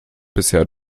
bisher